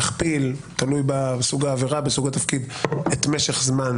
או להכפיל תלוי בסוג העבירה ובסוג התפקיד את משך זמן